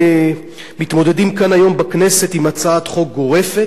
מתמודדים כאן היום בכנסת עם הצעת חוק גורפת,